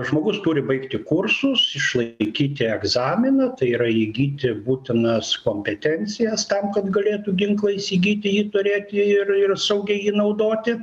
žmogus turi baigti kursus išlaikyti egzaminą tai yra įgyti būtinas kompetencijas tam kad galėtų ginklą įsigyti jį turėti ir ir saugiai jį naudoti